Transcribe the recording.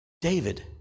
David